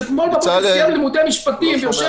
שאתמול בבוקר סיים לימודי משפטים ויושב